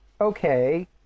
okay